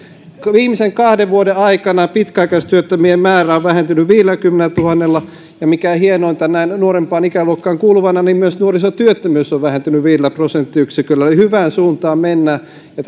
viimeisen kahden vuoden aikana pitkäaikaistyöttömien määrä on vähentynyt viidelläkymmenellätuhannella ja mikä hienointa sanon tämän näin nuorempaan ikäluokkaan kuuluvana myös nuorisotyöttömyys on vähentynyt viidellä prosenttiyksiköllä eli hyvään suuntaan mennään ja